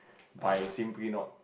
by simply not